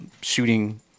shooting